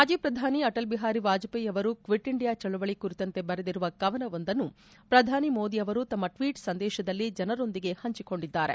ಮಾಜಿ ಪ್ರಧಾನಿ ಅಟಲ್ ಬಿಹಾರಿ ವಾಜಪೇಯಿ ಅವರು ಕ್ಲಿಟ್ ಇಂಡಿಯಾ ಚಳವಳಿ ಕುರಿತಂತೆ ಬರೆದಿರುವ ಕವನವೊಂದನ್ನು ಪ್ರಧಾನಿ ಮೋದಿ ಅವರು ತಮ್ಮ ಟ್ವೀಟ್ ಸಂದೇಶದಲ್ಲಿ ಜನರೊಂದಿಗೆ ಹಂಚಿಕೊಂಡಿದ್ದಾರೆ